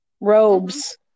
robes